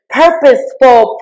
purposeful